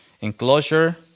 enclosure